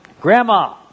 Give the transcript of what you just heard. Grandma